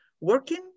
working